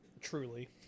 Truly